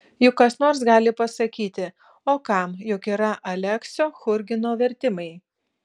juk kas nors gali pasakyti o kam juk yra aleksio churgino vertimai